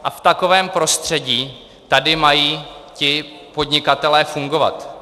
A v takovém prostředí tady mají ti podnikatelé fungovat.